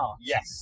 Yes